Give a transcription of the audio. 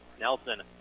Nelson